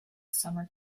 summer